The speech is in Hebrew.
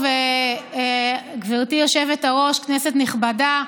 גברתי היושבת-ראש, כנסת נכבדה,